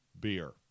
beer